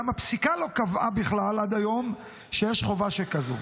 גם הפסיקה לא קבעה בכלל עד היום שיש חובה שכזו.